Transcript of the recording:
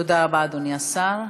תודה רבה, אדוני השר.